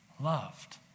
loved